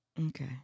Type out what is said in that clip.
Okay